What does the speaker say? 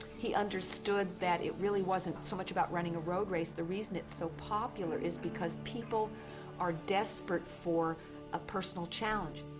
he understood that it really wasn't so much about running a road race. the reason it's so popular is because people are desperate for a personal challenge.